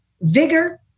vigor